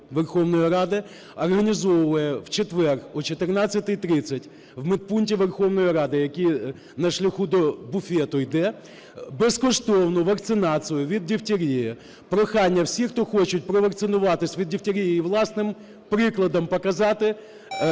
Верховної Ради організовує в четвер о 14:30 в медпункті Верховної Ради, який на шляху до буфету йде, безкоштовну вакцинацію від дифтерії. Прохання: всі, хто хочуть провакцинуватися від дифтерії і власним прикладом показати